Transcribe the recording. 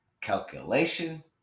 calculation